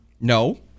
No